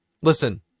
Listen